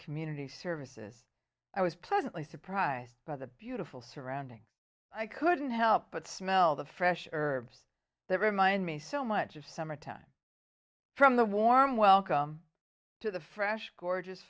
community services i was pleasantly surprised by the beautiful surroundings i couldn't help but smell the fresh herbs that remind me so much of summertime from the warm welcome to the fresh gorgeous